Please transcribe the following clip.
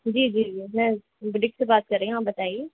جی جی جی میں برک سے بات کر رہی ہوں آپ بتائیے